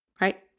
right